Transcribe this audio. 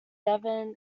devon